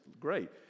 great